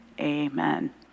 amen